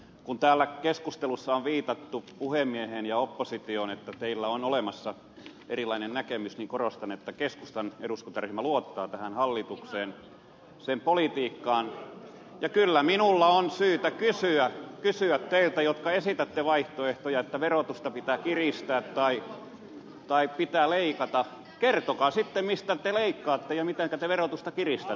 kun täällä keskustelussa on viitattu puhemieheen ja oppositioon että teillä on olemassa erilainen näkemys niin korostan että keskustan eduskuntaryhmä luottaa tähän hallitukseen sen politiikkaan ja kyllä minulla on syytä kysyä teiltä jotka esitätte vaihtoehtoja että verotusta pitää kiristää tai pitää leikata mistä te leikkaatte ja mitenkä te verotusta kiristätte